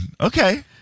okay